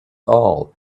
all